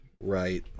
Right